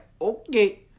okay